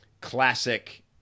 classic